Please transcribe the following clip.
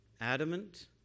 adamant